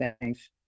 thanks